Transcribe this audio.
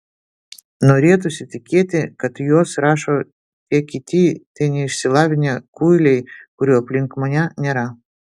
norėtųsi tikėti kad juos rašo tie kiti tie neišsilavinę kuiliai kurių aplink mane nėra